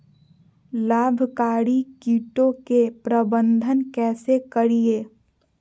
लाभकारी कीटों के प्रबंधन कैसे करीये?